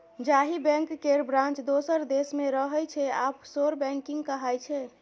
जाहि बैंक केर ब्रांच दोसर देश मे रहय छै आफसोर बैंकिंग कहाइ छै